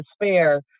despair